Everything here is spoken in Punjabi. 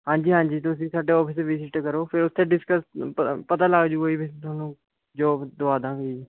ਹਾਂਜੀ ਹਾਂਜੀ ਤੁਸੀਂ ਸਾਡੇ ਔਫਿਸ ਵਿਜ਼ੀਟ ਕਰੋ ਫਿਰ ਉੱਥੇ ਡਿਸਕਸ ਪ ਪਤਾ ਲੱਗ ਜੂਗਾ ਫਿਰ ਤੁਹਾਨੂੰ ਜੋਬ ਦੇਵਾ ਦਾਗੇ ਜੀ